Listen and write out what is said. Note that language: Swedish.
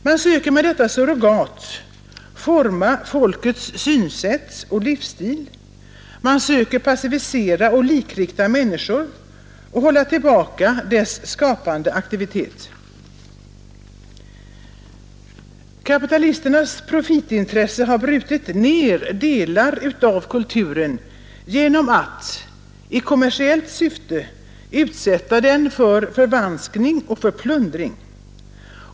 Man söker med detta surrogat forma folkets synsätt och livsstil, söker passivisera och likrikta människorna och hålla tillbaka deras skapande aktivitet. Kapitalisternas profitintresse har brutit ned delar av kulturen genom att i kommersiellt syfte utsätta den för förvanskning och plundring.